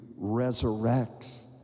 resurrects